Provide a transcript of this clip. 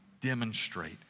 demonstrate